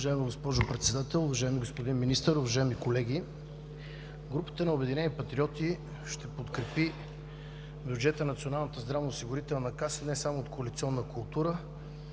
Уважаема госпожо Председател, уважаеми господин Министър, уважаеми колеги! Групата на „Обединени патриоти“ ще подкрепи бюджета на Националната здравноосигурителна каса не само от коалиционна култура,